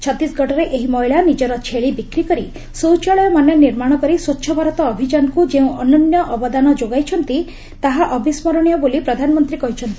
ଛତିଶଗଡ଼ରେ ଏହି ମହିଳା ନିଜର ଛେଳି ବିକ୍ରିକରି ଶୌଚାଳୟମାନ ନିର୍ମାଣ କରି ସ୍ୱଚ୍ଚଭାରତ ଅଭିଯାନକୁ ଯେଉଁ ଅନନ୍ୟ ଅବଦାନ ଯୋଗାଇଛନ୍ତି ତାହା ଅବିସ୍କରଣୀୟ ବୋଲି ପ୍ରଧାନମନ୍ତ୍ରୀ କହିଛନ୍ତି